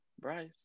Bryce